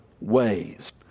ways